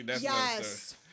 yes